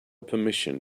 permission